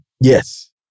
Yes